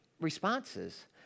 responses